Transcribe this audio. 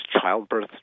childbirth